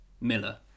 Miller